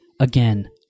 Again